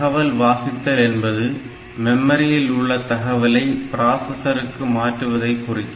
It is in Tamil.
தகவல் வாசித்தல் என்பது மெமரியில் உள்ள தகவலை பராசரருக்கு மாற்றுவதை குறிக்கும்